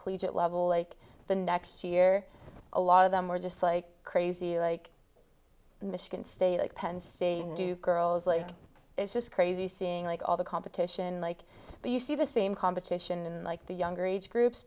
cleats at level like the next year a lot of them were just like crazy like michigan state penn state do girls like it's just crazy seeing like all the competition like you see the same competition in like the younger age groups